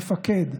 מפקד,